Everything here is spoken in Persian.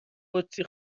قدسی